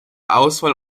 auswahl